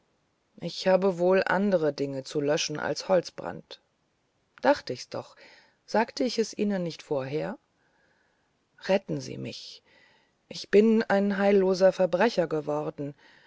ich habe wohl andere dinge zu löschen als holzbrand dachte ich's doch sagte ich es ihnen nicht vorher retten sie mich ich bin ein heilloser verbrecher geworden